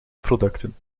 producten